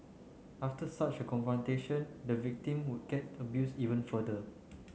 after such a confrontation the victim would get abuse even further